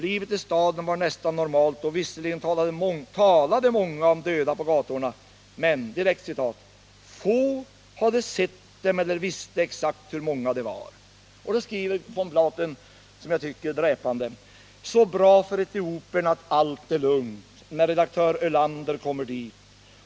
Livet i staden var nästan normalt, och visserligen talade många om döda på gatorna, men ”få hade sett dem eller visste exakt hur många de var”. Då skriver von Platen, enligt min uppfattning dräpande: ”Så bra för etiopierna att allt är lugnt, när redaktör Ölander kommer dit.